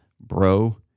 bro